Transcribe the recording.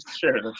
sure